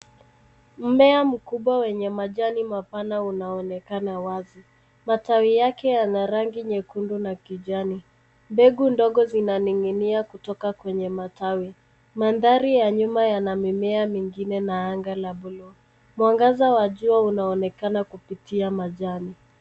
Mmea mkubwa wenye majani mapana unaonekana wazi. Matawi yake yana rangi nyekundu na kijani. Mbegu ndogo zinaning'inia kutoka kwenye matawi. Mandhari ya nyuma yana mimea mingine na anga la bluu. Mwangaza wa jua unaonekana kupitia majani.